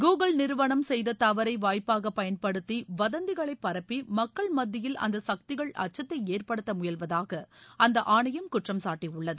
Google நிறுவனம் செய்த தவறை வாய்ப்பாக பயன்படுத்தி வதந்திகளை பரப்பி மக்கள் மத்தியில் அந்த சக்திகள் அச்சத்தை ஏற்படுத்த முயல்வதாக அந்த ஆணையம் குற்றம்சாட்டியுள்ளது